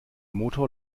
motor